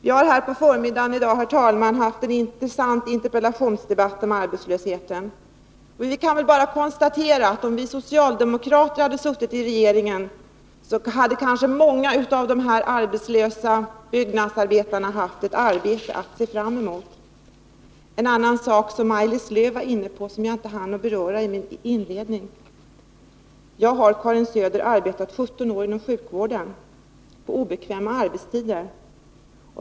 Det har här på förmiddagen i dag, herr talman, varit en intressant interpellationsdebatt om arbetslösheten. Vi kan bara konstatera att om vi socialdemokrater hade suttit i regeringen hade kanske många av dessa arbetslösa byggnadsarbetare haft ett arbete att se fram emot. Jag vill ta upp en annan sak som Maj-Lis Lööw var inne på och som jag inte hann beröra i mitt tidigare anförande. Jag har, Karin Söder, arbetat 17 år inom sjukvården på obekväma arbetstider.